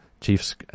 Chiefs